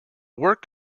work